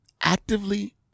actively